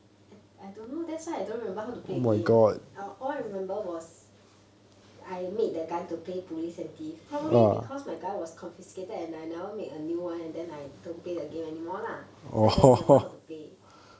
I don't know that's why I don't remember how to play the game all I remember was I made the gun to play police and thief probably because my gun was confiscated and I never made a new one and then I don't play the game anymore lah so I don't remember how to play